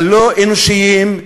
הלא-אנושיים,